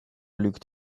lügt